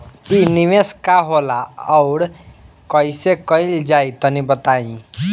इ निवेस का होला अउर कइसे कइल जाई तनि बताईं?